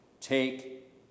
Take